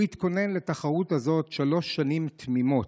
הוא התכונן לתחרות הזאת שלוש שנים תמימות.